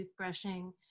toothbrushing